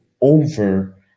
over